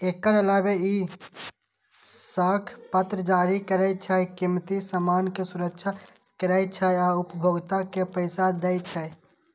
एकर अलावे ई साख पत्र जारी करै छै, कीमती सामान के सुरक्षा करै छै आ उपभोक्ता के पैसा दै छै